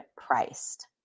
priced